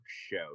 show